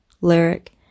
lyric